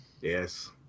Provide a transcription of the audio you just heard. Yes